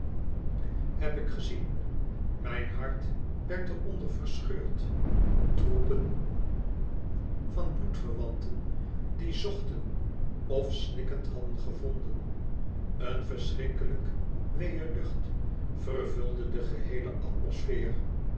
heb ik gezien mijn hart werd er onder verscheurd troepen van bloedverwanten die zochten of snikkend hadden gevonden een verschrikkelijk weëe lucht vervulde de geheele atmosfeer